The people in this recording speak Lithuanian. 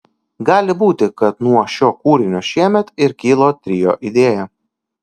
gali būti kad nuo šio kūrinio šiemet ir kilo trio idėja